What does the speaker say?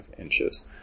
inches